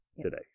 today